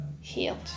healed